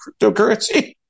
cryptocurrency